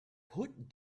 put